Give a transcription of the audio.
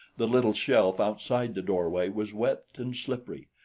the little shelf outside the doorway was wet and slippery,